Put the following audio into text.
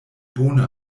bone